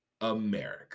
America